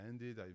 Ended